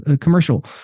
commercial